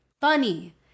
funny